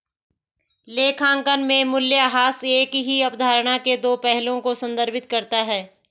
लेखांकन में मूल्यह्रास एक ही अवधारणा के दो पहलुओं को संदर्भित करता है